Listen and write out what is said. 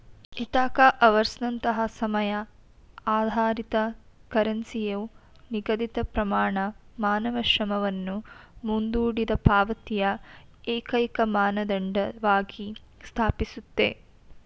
Ithaca ಅವರ್ಸ್ನಂತಹ ಸಮಯ ಆಧಾರಿತ ಕರೆನ್ಸಿಯು ನಿಗದಿತಪ್ರಮಾಣ ಮಾನವ ಶ್ರಮವನ್ನು ಮುಂದೂಡಿದಪಾವತಿಯ ಏಕೈಕಮಾನದಂಡವಾಗಿ ಸ್ಥಾಪಿಸುತ್ತೆ